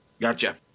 Gotcha